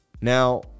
Now